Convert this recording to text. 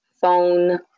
phone